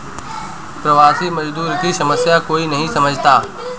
प्रवासी मजदूर की समस्या कोई नहीं समझता